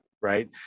Right